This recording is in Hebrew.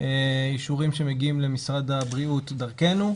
אישורים שמגיעים למשרד הבריאות דרכנו.